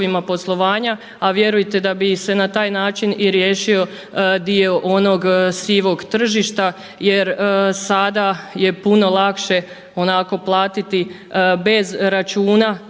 a vjerujte da bi se na taj način i riješio dio onog sivog tržišta jer sada je puno lakše onako platiti bez računa